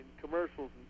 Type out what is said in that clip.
commercials